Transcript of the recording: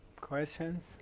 Questions